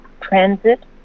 Transit